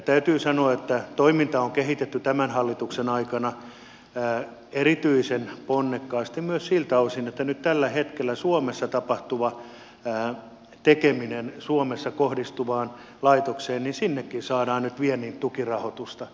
täytyy sanoa että toimintaa on kehitetty tämän hallituksen aikana erityisen ponnekkaasti myös siltä osin että tällä hetkellä suomessa tapahtuvaan tekemiseen suomessa kohdistuvaan laitokseen saadaan sinnekin nyt viennin tukirahoitusta